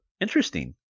interesting